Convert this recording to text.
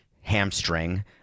hamstring